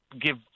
give